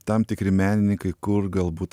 tam tikri menininkai kur galbūt